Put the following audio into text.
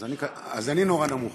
אז אני נורא נמוך.